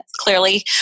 clearly